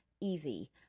easy